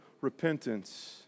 repentance